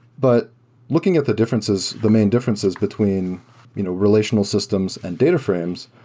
but looking at the differences, the main differences between you know relational systems and data frames,